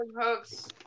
Hooks